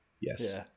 Yes